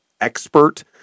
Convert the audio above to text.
expert